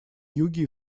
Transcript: юге